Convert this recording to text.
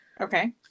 Okay